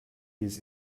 his